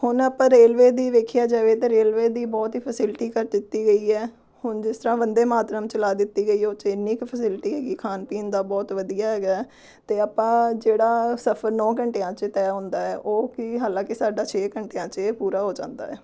ਹੁਣ ਆਪਾਂ ਰੇਲਵੇ ਦੀ ਵੇਖਿਆ ਜਾਵੇ ਤਾਂ ਰੇਲਵੇ ਦੀ ਬਹੁਤ ਹੀ ਫੈਸਿਲਿਟੀ ਕਰ ਦਿੱਤੀ ਗਈ ਹੈ ਹੁਣ ਜਿਸ ਤਰ੍ਹਾਂ ਵੰਦੇ ਮਾਤਰਮ ਚਲਾ ਦਿੱਤੀ ਗਈ ਹੈ ਉਹ 'ਚ ਇੰਨੀ ਕੁ ਫੈਸਿਲਿਟੀ ਹੈਗੀ ਖਾਣ ਪੀਣ ਦਾ ਬਹੁਤ ਵਧੀਆ ਹੈਗਾ ਅਤੇ ਆਪਾਂ ਜਿਹੜਾ ਸਫ਼ਰ ਨੌਂ ਘੰਟਿਆਂ 'ਚ ਤੈਅ ਹੁੰਦਾ ਉਹ ਕੀ ਹਾਲਾਂਕਿ ਸਾਡਾ ਛੇ ਘੰਟਿਆਂ 'ਚ ਪੂਰਾ ਹੋ ਜਾਂਦਾ